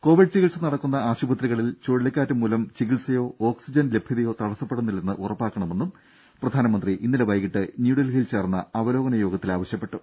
Covid ചികിത്സ നടക്കുന്ന ആശുപത്രികളിൽ ചുഴലിക്കാറ്റ് മൂലം ചികിത്സയോ ഓക്സിജൻ ലഭ്യതയോ തടസ്സപ്പെടുന്നില്ലെന്ന് ഉറപ്പാക്കണമെന്നും പ്രധാനമന്ത്രി ഇന്നലെ വൈകീട്ട് ന്യൂഡൽഹിയിൽ ചേർന്ന അവലോകന യോഗത്തിൽ ആവശ്യപ്പെട്ടു